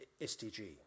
SDG